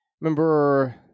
remember